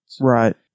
Right